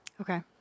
Okay